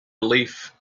relief